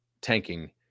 tanking